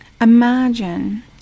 Imagine